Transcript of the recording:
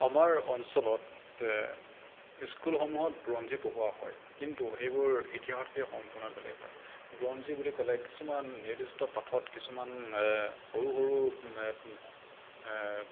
আমাৰ অঞ্চলত স্কুলসমূহত বুৰঞ্জী পঢ়োৱা হয় কিন্তু সেইবোৰ ইতিহাসতকৈ সম্পূৰ্ণ বেলেগ হয় বুৰঞ্জী বুলি ক'লে কিছুমান নিৰ্দিষ্ট পাঠত কিছুমান সৰু সৰু